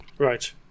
Right